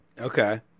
Okay